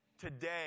Today